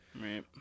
Right